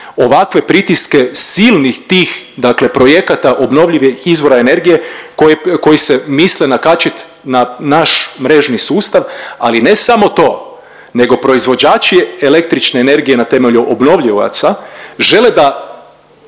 ovakve pritiske silnih tih dakle projekata obnovljivih izvora energije koji se misle nakačit na naš mrežni sustav. Ali ne samo to nego proizvođači električne energije na temelju obnovljivaca žele da